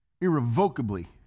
irrevocably